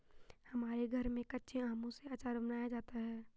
हमारे घर में कच्चे आमों से आचार बनाया जाता है